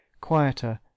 Quieter